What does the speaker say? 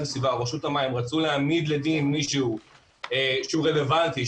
הסביבה או רשות המים רצו להעמיד לדין מישהו שהוא רלוונטי,